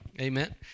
amen